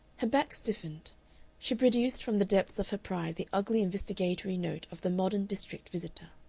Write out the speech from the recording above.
her back stiffened she produced from the depths of her pride the ugly investigatory note of the modern district visitor.